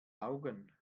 augen